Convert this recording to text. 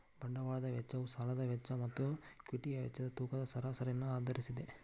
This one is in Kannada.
ಬಂಡವಾಳದ ವೆಚ್ಚವು ಸಾಲದ ವೆಚ್ಚ ಮತ್ತು ಈಕ್ವಿಟಿಯ ವೆಚ್ಚದ ತೂಕದ ಸರಾಸರಿಯನ್ನು ಆಧರಿಸಿದೆ